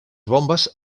bombes